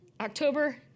October